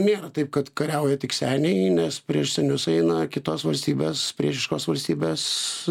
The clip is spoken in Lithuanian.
nėra taip kad kariauja tik seniai nes prieš senius eina kitos valstybės priešiškos valstybės